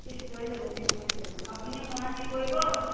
পিছ পৰি যাব পিছ পৰি যাব আপুনি অকণমান হেৰি কৰিব